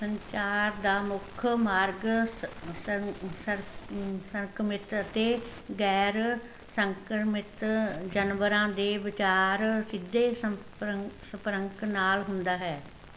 ਸੰਚਾਰ ਦਾ ਮੁੱਖ ਮਾਰਗ ਸ ਸੰ ਸੰ ਸੰਕਰਮਿਤ ਅਤੇ ਗੈਰ ਸੰਕਰਮਿਤ ਜਾਨਵਰਾਂ ਦੇ ਵਿਚਕਾਰ ਸਿੱਧੇ ਸੰਪਰਕ ਸੰਪਰਕ ਨਾਲ ਹੁੰਦਾ ਹੈ